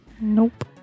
Nope